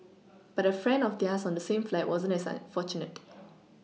but a friend of theirs on the same flight wasn't as fortunate